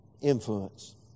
influence